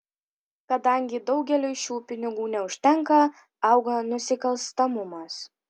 kadangi daugeliui šių pinigų neužtenka auga nusikalstamumas